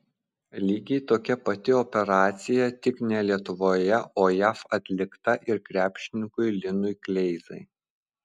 lygiai tokia pati operacija tik ne lietuvoje o jav atlikta ir krepšininkui linui kleizai